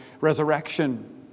resurrection